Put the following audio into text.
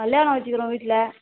கல்யாணம் வச்சிக்குறோம் வீட்டில